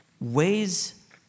ways